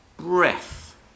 Breath